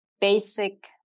basic